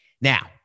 Now